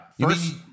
First